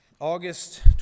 August